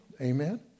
Amen